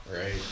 Right